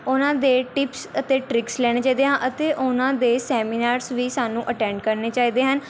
ਉਹਨਾਂ ਦੇ ਟਿਪਸ ਅਤੇ ਟ੍ਰਿਕਸ ਲੈਣੇ ਚਾਹੀਦੇ ਆ ਅਤੇ ਉਹਨਾਂ ਦੇ ਸੈਮੀਨਾਰਸ ਵੀ ਸਾਨੂੰ ਅਟੈਂਡ ਕਰਨੇ ਚਾਹੀਦੇ ਹਨ